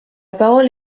parole